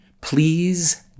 please